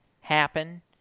happen